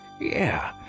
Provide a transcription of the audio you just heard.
Yeah